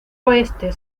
oeste